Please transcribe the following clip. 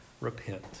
repent